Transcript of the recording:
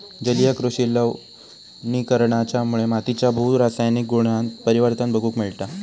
जलीय कृषि लवणीकरणाच्यामुळे मातीच्या भू रासायनिक गुणांत परिवर्तन बघूक मिळता